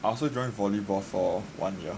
I also join volleyball for one year